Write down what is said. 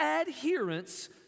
adherence